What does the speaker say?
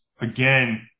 again